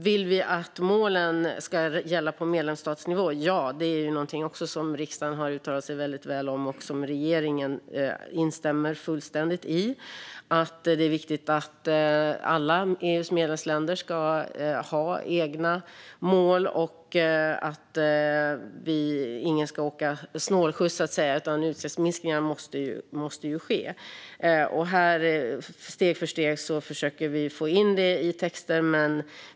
Vill vi att målen ska gälla på medlemsstatsnivå? Ja, och det är någonting som riksdagen har uttalat sig väldigt tydligt om och som regeringen instämmer fullständigt i, det vill säga att det är viktigt att alla EU:s medlemsländer ska ha egna mål och att ingen ska åka snålskjuts på någon annan, så att säga. Utsläppsminskningarna måste ske, och steg för steg försöker vi få in det i texten.